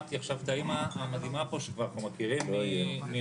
ששמעתי עכשיו את האימא המדהימה פה שאנחנו מכירים מהועדות,